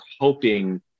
hoping